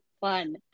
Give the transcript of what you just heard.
fun